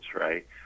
Right